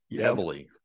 heavily